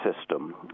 system